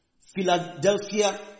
Philadelphia